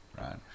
right